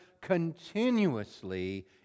continuously